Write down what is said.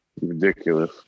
Ridiculous